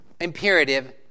imperative